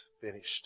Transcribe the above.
finished